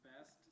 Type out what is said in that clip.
best